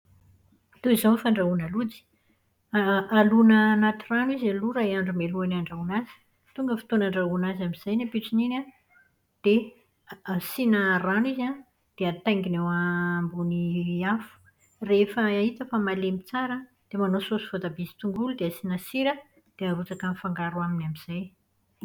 Toy izao ny fandrahoana lojy. Alona anaty rano izy aloha iray andro mialoha n'ny handrahoana azy. Tonga ny fotoana andrahoana azy amin'izay ny ampitson'iny an, dia asiana rano izy an, dia ataingina eo ambony afo. Rehefa hita fa malemy tsara, dia manao saosy voatabia sy tongolo dia asiana sira dia arotsaka mifangaro aminy amin'izay.